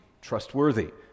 trustworthy